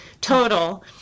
total